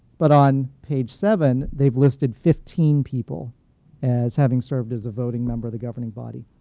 but on page seven, they've listed fifteen people as having served as a voting member of the governing body.